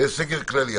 סגר כללי.